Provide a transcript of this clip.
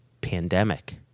pandemic